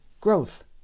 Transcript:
growth